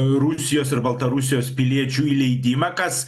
rusijos ir baltarusijos piliečių įleidimą kas